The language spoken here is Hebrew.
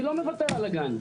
אני לא מוותר על הגן.